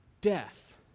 death